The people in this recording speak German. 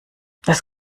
das